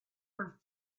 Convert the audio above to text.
her